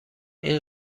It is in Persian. این